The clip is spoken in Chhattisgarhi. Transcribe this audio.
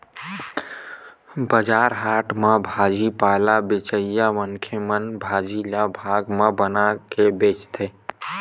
बजार हाट म भाजी पाला बेचइया मनखे मन ह भाजी ल भाग म बना बना के बेचथे